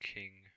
king